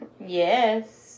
Yes